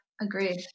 Agreed